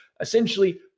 Essentially